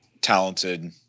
talented